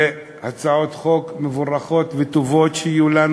הצעות חוק מבורכות וטובות שיהיו לנו